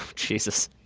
ah jesus.